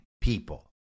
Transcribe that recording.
people